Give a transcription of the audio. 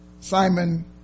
Simon